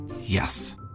Yes